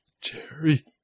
Jerry